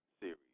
Series